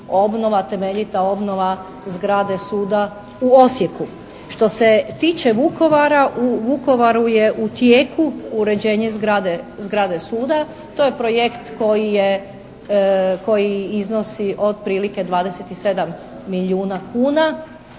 temeljita obnova zgrade suda u Osijeku. Što se tiče Vukovara, u Vukovaru je u tijeku uređenje zgrade suda. To je projekt koji je, koji iznosi otprilike 27 milijuna kuna.